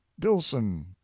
Dilson